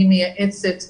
היא מייעצת למרכז,